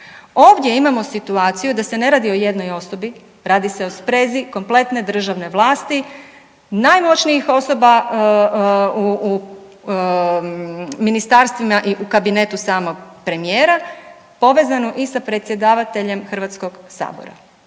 Ovdje imamo situaciju da se ne radi o jednoj osobi, radi se o sprezi kompletne državne vlasti najmoćnijih osoba u ministarstvima i u kabinetu samog premijera povezanu i sa predsjedavateljem Hrvatskog sabora.